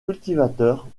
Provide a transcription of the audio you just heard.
cultivateurs